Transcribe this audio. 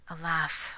Alas